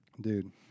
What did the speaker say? Dude